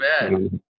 bad